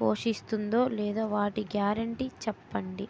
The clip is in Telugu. పోషిస్తుందో లేదా వాటి గ్యారంటీ చెప్పండి